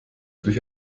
durch